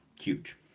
Huge